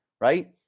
right